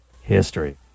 History